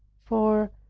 for,